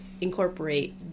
incorporate